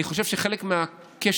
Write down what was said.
אני חושב שחלק מהכשל,